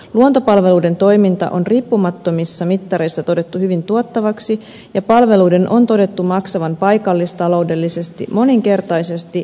luontopalveluiden toiminta on riippumattomissa mittareissa todettu hyvin tuottavaksi ja palveluiden on todettu maksavan paikallistaloudellisesti moninkertaisesti itsensä takaisin